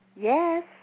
Yes